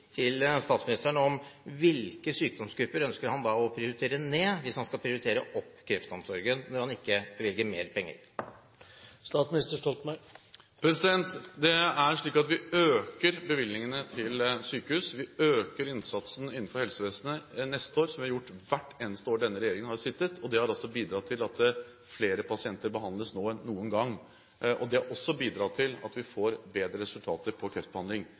Hvilke sykdomsgrupper ønsker han da å prioritere ned hvis han skal prioritere opp kreftomsorgen, når han ikke bevilger mer penger? Det er slik at vi øker bevilgningene til sykehus, vi øker innsatsen innenfor helsevesenet neste år, som vi har gjort hvert eneste år denne regjering har sittet. Det har bidratt til at flere pasienter behandles nå enn noen gang. Det har også bidratt til at vi får bedre resultater på kreftbehandling.